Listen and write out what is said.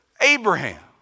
Abraham